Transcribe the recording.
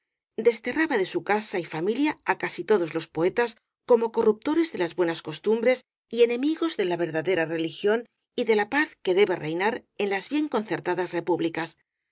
desterraba de su casa y familia á casi todos los poetas como co rruptores de las buenas costumbres y enemigos de la verdadera religión y de la paz que debe remar en las bien concertadas repúblicas